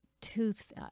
tooth